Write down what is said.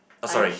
oh sorry